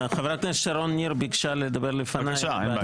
חברת הכנסת שרון ניר ביקשה לדבר לפניי.